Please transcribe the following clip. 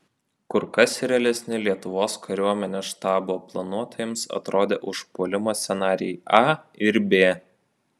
kur kas realesni lietuvos kariuomenės štabo planuotojams atrodė užpuolimų scenarijai a ir b